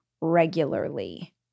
regularly